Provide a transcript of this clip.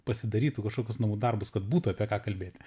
pasidarytų kažkokius namų darbus kad būtų apie ką kalbėti